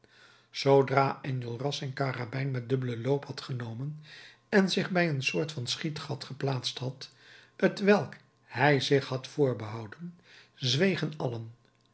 zoodra enjolras zijn karabijn met dubbelen loop had genomen en zich bij een soort van schietgat geplaatst had t welk hij zich had voorbehouden zwegen allen